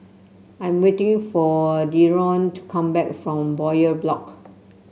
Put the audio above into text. I am waiting for Dereon to come back from Bowyer Block